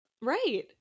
Right